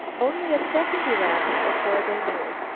only a second elapsed before they knew.